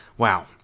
wow